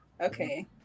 Okay